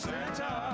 Santa